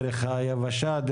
דרך היבשה.